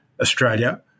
Australia